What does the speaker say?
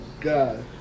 God